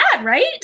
right